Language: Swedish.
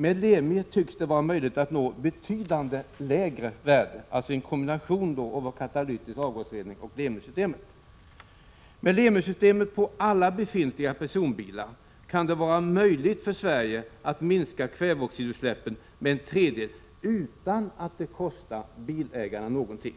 Med en kombination av katalytisk avgasrening och LEMI systemet tycks det vara möjligt att nå betydligt lägre värden. Med LEMI-systemet på alla befintliga personbilar kan det vara möjligt för Sverige att minska kväveoxidutsläppen med en tredjedel utan att det kostar bilägarna någonting.